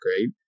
great